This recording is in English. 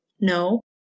no